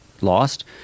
lost